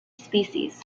species